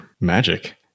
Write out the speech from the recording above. magic